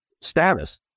status